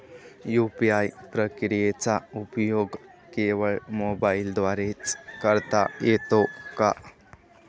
UPI प्रक्रियेचा उपयोग केवळ मोबाईलद्वारे च करता येतो का?